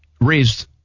raised